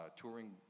touring